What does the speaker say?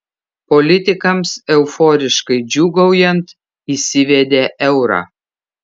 politikams euforiškai džiūgaujant įsivedė eurą